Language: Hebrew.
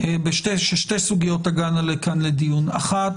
ששתי סוגיות תגענה לכאן לדיון אחת,